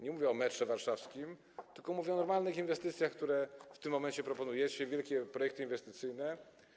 Nie mówię o metrze warszawskim, tylko mówię o normalnych inwestycjach, które w tym momencie proponujecie, o wielkich projektach inwestycyjnych.